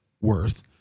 worth